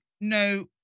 No